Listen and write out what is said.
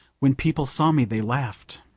when people saw me they laughed.